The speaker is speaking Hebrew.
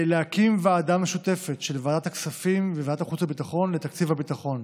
להקים ועדה משותפת של ועדת הכספים וועדת חוץ וביטחון לתקציב הביטחון.